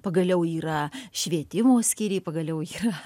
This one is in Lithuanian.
pagaliau yra švietimo skyriai pagaliau yra